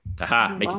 Aha